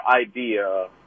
idea